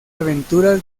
aventuras